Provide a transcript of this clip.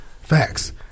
Facts